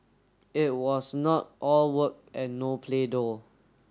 it was not all work and no play though